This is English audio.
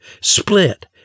split